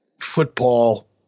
football